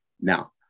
Now